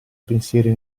pensieri